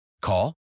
Call